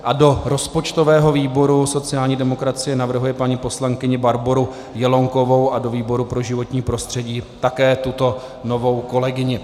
A do rozpočtového výboru sociální demokracie navrhuje paní poslankyni Barboru Jelonkovou a do výboru pro životní prostředí také tuto novou kolegyni.